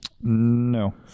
no